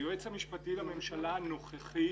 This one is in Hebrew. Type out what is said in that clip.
היועץ המשפטי לממשלה הנוכחי